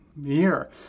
year